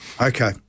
Okay